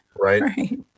Right